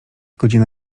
godzina